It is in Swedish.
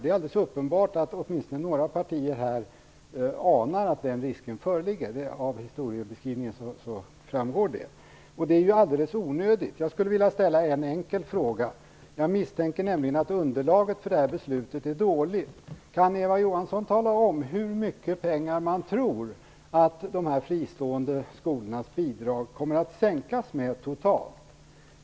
Det är alldeles uppenbart att åtminstone några partier anar att den risken föreligger. Det framgår av historiebeskrivningen. Det är alldeles onödigt. Jag skulle vilja ställa en enkel fråga. Jag misstänker nämligen att underlaget för beslutet är dåligt. Kan Eva Johansson tala om hur mycket man tror att de fristående skolornas bidrag kommer att sänkas totalt?